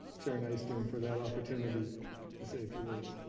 chair nystuen, for that opportunity to say a few words.